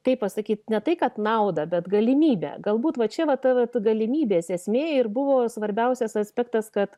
kaip pasakyt ne tai kad naudą bet galimybę galbūt va čia va ta galimybės esmė ir buvo svarbiausias aspektas kad